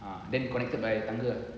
ah then connected by tangga ah